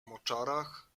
moczarach